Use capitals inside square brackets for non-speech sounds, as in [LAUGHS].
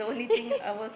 [LAUGHS]